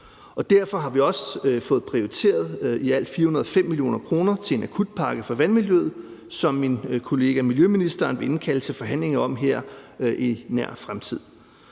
Derfor har vi også fået prioriteret i alt 405 mio. kr. til en akutpakke for vandmiljøet, som min kollega miljøministeren vil indkalde til forhandlinger om her i nær fremtid.